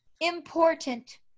important